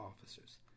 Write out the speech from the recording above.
officers